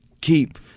keep